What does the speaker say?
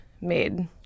made